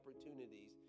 opportunities